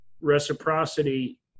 reciprocity